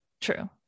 true